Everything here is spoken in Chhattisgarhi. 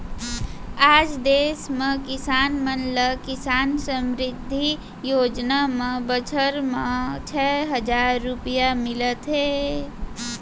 आज देस म किसान मन ल किसान समृद्धि योजना म बछर म छै हजार रूपिया मिलत हे